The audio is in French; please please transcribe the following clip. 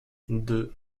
deux